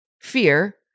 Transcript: fear